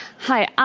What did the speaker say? hi. ah